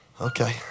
Okay